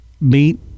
meet